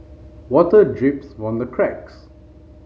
water drips from the cracks